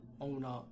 Owner